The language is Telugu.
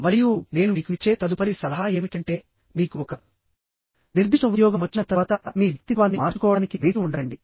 మరియు నేను మీకు ఇచ్చే తదుపరి సలహా ఏమిటంటే మీకు ఒక నిర్దిష్ట ఉద్యోగం వచ్చిన తర్వాత మీ వ్యక్తిత్వాన్ని మార్చుకోవడానికి వేచి ఉండకండి